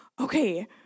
okay